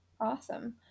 Awesome